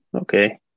Okay